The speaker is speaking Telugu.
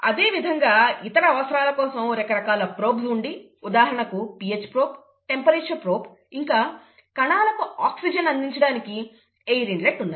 అదేవిధంగా ఇతర అవసరాల కోసం రకరకాల ప్రోబ్స్ ఉండి ఉదాహరణకు pH ప్రోబ్ టెంపరేచర్ ప్రోబ్ ఇంకా కణాలకు ఆక్సిజన్ అందించడానికి ఎయిర్ inlet ఉన్నాయి